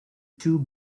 two